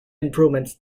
improvements